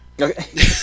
Okay